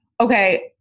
okay